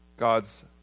God's